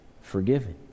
forgiven